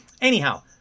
Anyhow